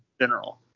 general